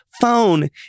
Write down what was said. phone